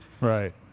Right